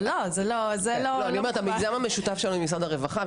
אני אומרת שהמיזם המשותף שלנו עם משרד הרווחה,